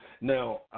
now